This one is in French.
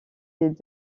des